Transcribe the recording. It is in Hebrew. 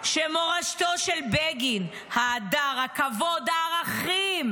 שמורשתו של בגין, ההדר, הכבוד, הערכים,